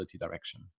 direction